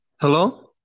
Hello